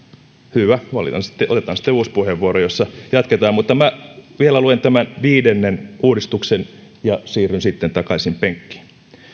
hyvä otetaan sitten uusi puheenvuoro jossa jatketaan mutta minä vielä luen tämän viidennen uudistuksen ja siirryn sitten takaisin penkkiin